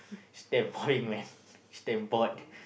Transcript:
it's damn bring man it's damn bored